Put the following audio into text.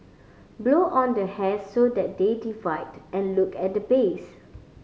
blow on the hairs so that they divide and look at the base